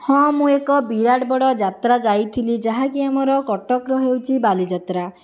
ହଁ ମୁଁ ଏକ ବିରାଟ ବଡ଼ ଯାତ୍ରା ଯାଇଥିଲି ଯାହାକି ଆମର କଟକର ହେଉଛି ବାଲିଯାତ୍ରା